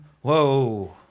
Whoa